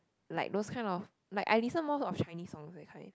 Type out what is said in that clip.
like those kind of like I listen more of Chinese songs that kind